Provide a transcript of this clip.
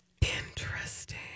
Interesting